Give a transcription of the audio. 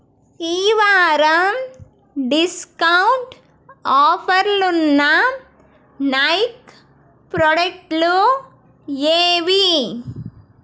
ఈవారం discount ఆఫర్లున్న Nike ప్రోడక్టులు ఏవి